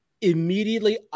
immediately